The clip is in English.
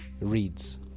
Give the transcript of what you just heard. reads